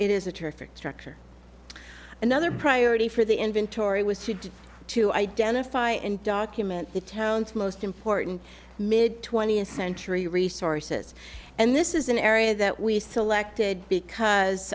it is a terrific structure another priority for the inventory was she did to identify and document the town's most important mid twentieth century resources and this is an area that we selected because